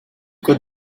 could